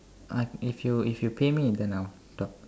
I if you if you pay me then I'll talk